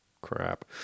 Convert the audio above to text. crap